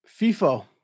FIFA